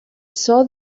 saw